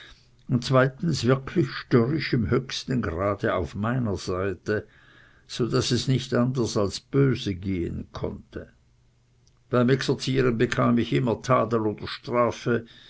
und zweitens wirklich störrisch im höchsten grade auf meiner seite so daß es nicht anders als böse gehen konnte beim exerzieren bekam ich immer tadel oder strafe